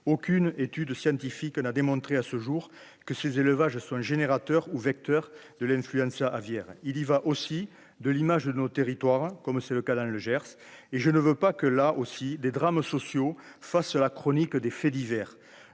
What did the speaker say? aucune étude scientifique n'a démontré à ce jour que ces élevages sont générateur ou vecteur de l'influenza aviaire il y va aussi de l'image de nos territoires, comme c'est le cas dans le Gers et je ne veux pas que là aussi des drames sociaux face la chronique des faits divers,